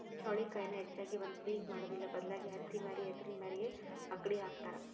ಚೌಳಿಕಾಯಿನ ಹೆಚ್ಚಾಗಿ ಒಂದ ಪಿಕ್ ಮಾಡುದಿಲ್ಲಾ ಬದಲಾಗಿ ಹತ್ತಿಮ್ಯಾರಿ ಹೆಸರಿನ ಮ್ಯಾರಿಗೆ ಅಕ್ಡಿ ಹಾಕತಾತ